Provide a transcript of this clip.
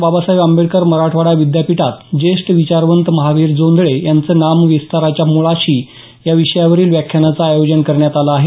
बाबासाहेब आंबेडकर मराठवाडा विद्यापीठात ज्येष्ठ विचारवंत महावीर जोंधळे यांचं नामांतराच्या मुळाशी विषयावरील व्याख्यानाचं आयोजन करण्यात आलं आहे